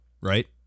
right